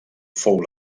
fou